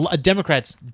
Democrats